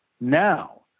now